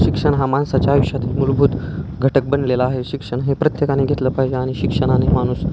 शिक्षण हा माणसाच्या आयुष्यात मूलभूत घटक बनलेला आहे शिक्षण हे प्रत्येकाने घेतलं पाहिजे आणि शिक्षणाने माणूस